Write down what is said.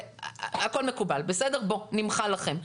הכול מקובל, נמחל לכם.